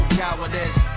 cowardice